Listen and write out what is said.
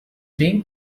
being